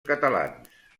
catalans